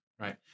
Right